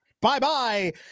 bye-bye